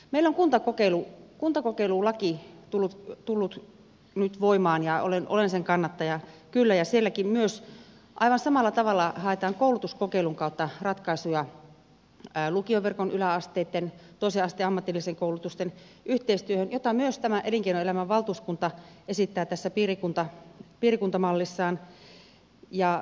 meillä on kuntakokeilulaki tullut nyt voimaan ja olen sen kannattaja kyllä ja sielläkin myös aivan samalla tavalla haetaan koulutuskokeilun kautta ratkaisuja lukioverkon yläasteitten toisen asteen ammatillisen koulutuksen yhteistyöhön jota myös tämä elinkeinoelämän valtuuskunta esittää tässä piirikuntamallissaan